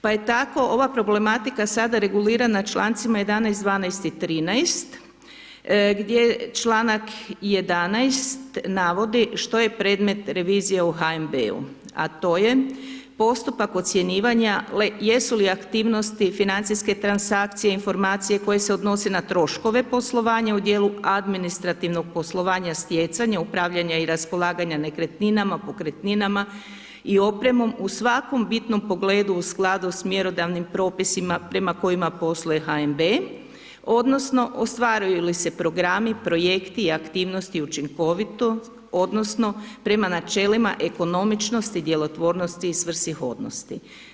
Pa je tako ova problematika sada regulirana čl. 11, 12 i 13, gdje čl. 11 navodi što je predmet revizije u HNB-u, a to je postupak ocjenjivanja jesu li aktivnosti, financijske transakcije, informacije koje se odnose na troškove poslovanja u dijelu administrativnog poslovanja stjecanjem, upravljanja i raspolaganje nekretninama, pokretninama i opremom u svakom bitnom pogledu u skladu s mjerodavnim propisima prema kojima posluje HNB, odnosno ostvaruju li se programi, projekti i aktivnosti učinkovito, odnosno prema načelima ekonomičnosti, djelotvornosti i svrsishodnosti.